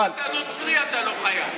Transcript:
לא, גם אם אתה נוצרי אתה לא חייב.